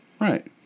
Right